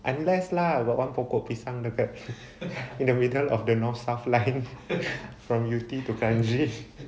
unless lah got one pokok pisang dekat in the middle of the north south line from yew tee to kranji